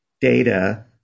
data